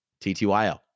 TTYL